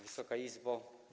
Wysoka Izbo!